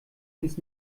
ins